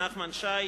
נחמן שי,